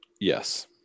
yes